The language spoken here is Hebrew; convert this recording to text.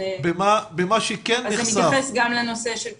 אז אני אתייחס גם לנושא של קטינים.